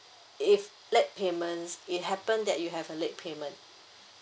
if late payments it happen that you have a late payment